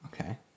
okay